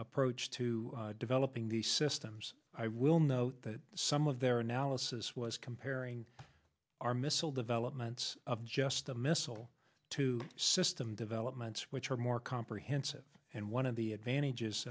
approach to developing these systems i will note that some of their analysis was comparing our missile developments of just a missile to system developments which are more comprehensive and one of the advantages